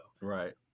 Right